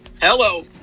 Hello